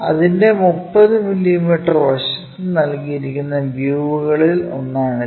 അതിന്റെ 30 മില്ലീമീറ്റർ വശത്ത് നൽകിയിരിക്കുന്ന വ്യൂവുകളിൽ ഒന്നാണിത്